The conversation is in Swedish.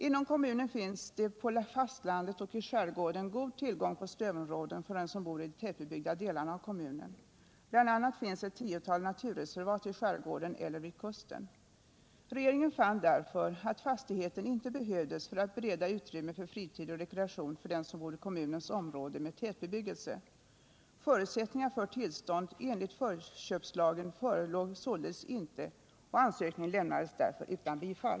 Inom kommunen finns det, på fastlandet och i skärgården, god tillgång på strövområden för dem som bor i de tätbebyggda delarna av kommunen. BI. a. finns det ett tiotal naturreservat i skärgården eller vid kusten. Regeringen fann därför att fastigheten inte behövdes för att bereda utrymme för fritid och rekreation för dem som bor i kommunens områden med tätbebyggelse. Förutsättningar för tillstånd enligt förköpslagen förelåg således inte och ansökningen lämnades därför utan bifall.